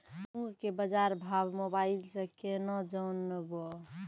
मूंग के बाजार भाव मोबाइल से के ना जान ब?